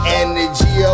energy